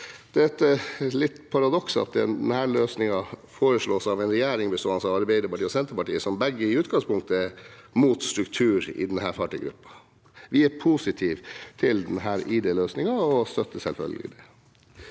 Det er et lite paradoks at denne løsningen foreslås av en regjering bestående av Arbeiderpartiet og Senterpartiet, som begge i utgangspunktet er mot struktur i denne fartøygruppa. Vi er positive til denne ID-løsningen og støtter selvfølgelig det.